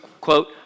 quote